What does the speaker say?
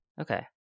Okay